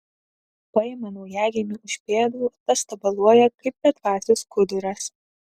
paima naujagimį už pėdų tas tabaluoja kaip bedvasis skuduras